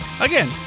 Again